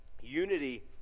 Unity